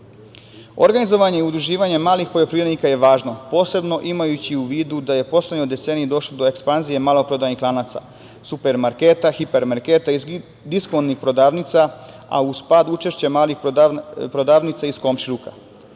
uvoza. Organizovanje i udruživanje malih poljoprivrednika je važno, posebno imajući u vidu da je u poslednjoj deceniji došlo do ekspanzije maloprodajnih lanaca, super marketa, hiper marketa i diskontnih prodavnica, a uz pad učešća malih prodavnica iz komšiluka. Problemi